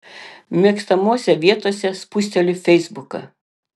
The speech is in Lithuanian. mėgstamose vietose spusteliu feisbuką